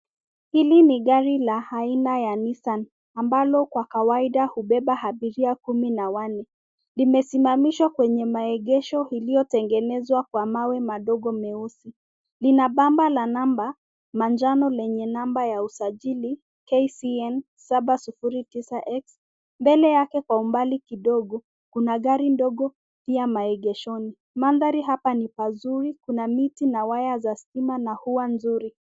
Hili ni gari la aina ya Nisan ambalo kwa kawaida ubeba abiria kumi na wanee. Limesimamishwa kwenye maegesho iliyo tengeneswakwa mawe madogo meusi. Lina Bamba lanamba manjano lenye namba ya usajili KCN 709X. Mbele yake kwa umbali Kuna gari ndogo pia maegeshoni. Mandhari hapa ni pazuri kuna miti na wiya ya stima na ua nzuri.